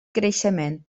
creixement